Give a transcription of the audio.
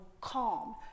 calm